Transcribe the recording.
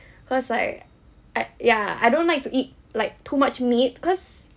cause like I ya I don't like to eat like too much meat cause